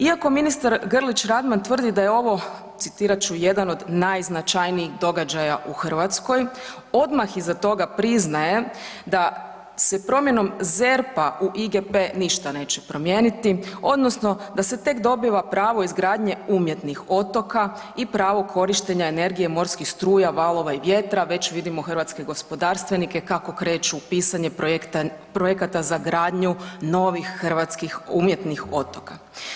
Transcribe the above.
Iako ministar Grlić Radman tvrdi da je ovo, citirat ću, jedan od najznačajnijih događaja u Hrvatskoj, odmah iza toga priznaje da se promjenom ZERP-a u IGP ništa neće promijeniti odnosno da se tek dobiva pravo izgradnje umjetnih otoka i pravo korištenja energije morskih struja, valova i vjetra, već vidimo hrvatske gospodarstvenike kako kreću u pisanje projekata za gradnju novih hrvatskih umjetnih otoka.